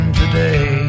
today